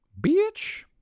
bitch